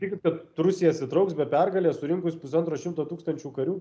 tikit kad rusija atsitrauks be pergalės surinkus pusantro šimto tūkstančių karių